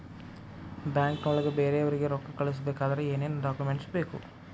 ಬ್ಯಾಂಕ್ನೊಳಗ ಬೇರೆಯವರಿಗೆ ರೊಕ್ಕ ಕಳಿಸಬೇಕಾದರೆ ಏನೇನ್ ಡಾಕುಮೆಂಟ್ಸ್ ಬೇಕು?